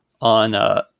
on